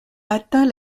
atteint